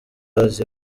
azi